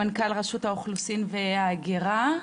מנכ"ל רשות האוכלוסין וההגירה.